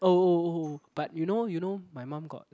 oh oh oh but you know you know my mum got